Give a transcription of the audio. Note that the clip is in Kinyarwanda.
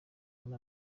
muri